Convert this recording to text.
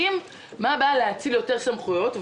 מה הבעיה להאציל יותר סמכויות?